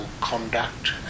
conduct